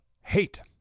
hate